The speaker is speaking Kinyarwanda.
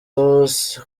jose